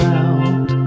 out